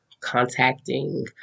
contacting